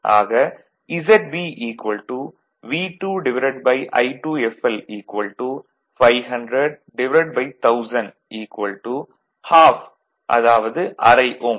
ஆக ZB V2I2fl 5001000 ½ அரை Ω